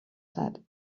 said